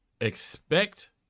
expect